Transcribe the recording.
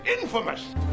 infamous